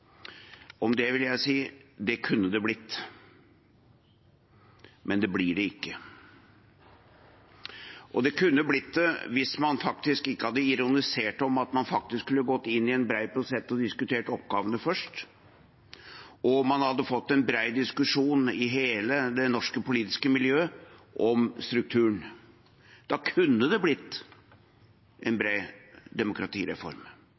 Om det vil jeg si: Det kunne det blitt, men det blir det ikke. Det kunne blitt det hvis man faktisk ikke hadde ironisert om at man kunne gått inn i en bred prosess og diskutert oppgavene først, og man hadde fått en bred diskusjon i hele det norske politiske miljøet om strukturen. Da kunne det blitt en bred demokratireform.